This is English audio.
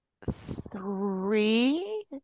three